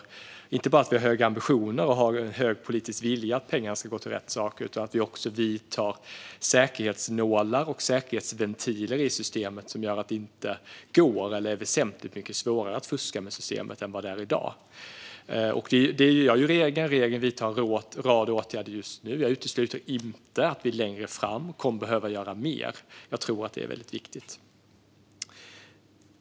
Det är inte bara viktigt att vi har höga ambitioner och en stark politisk vilja att pengarna ska gå till rätt saker, utan vi måste också ha säkerhetsnålar och säkerhetsventiler i systemet som gör att det inte går att fuska eller är väsentligt mycket svårare att fuska än det är i dag. Regeringen vidtar en rad åtgärder just nu, och jag utesluter inte att vi längre fram kommer att behöva göra mer. Jag tror att det är väldigt viktigt.